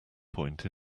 point